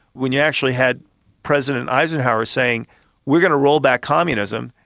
when you actually had president eisenhower saying we're going to roll back communism,